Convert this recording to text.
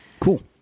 Cool